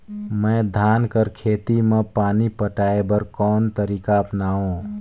मैं धान कर खेती म पानी पटाय बर कोन तरीका अपनावो?